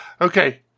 Okay